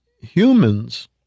Humans